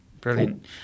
Brilliant